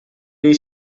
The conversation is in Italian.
nei